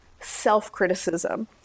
self-criticism